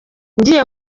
ngiye